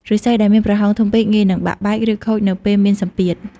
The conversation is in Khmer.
ឫស្សីដែលមានប្រហោងធំពេកងាយនឹងបាក់បែក ឬខូចនៅពេលមានសម្ពាធ។